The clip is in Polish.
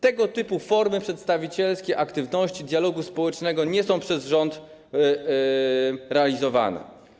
Tego typu formy przedstawicielskiej aktywności, dialogu społecznego nie są przez rząd realizowane.